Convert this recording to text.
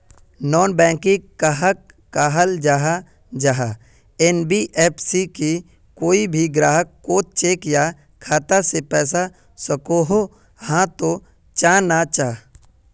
Non banking कहाक कहाल जाहा जाहा एन.बी.एफ.सी की कोई भी ग्राहक कोत चेक या खाता से पैसा सकोहो, हाँ तो चाँ ना चाँ?